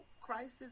crisis